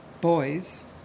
boys